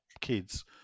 kids